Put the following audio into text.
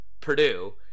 Purdue